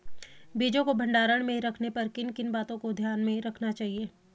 बीजों को भंडारण में रखने पर किन किन बातों को ध्यान में रखना चाहिए?